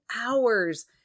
hours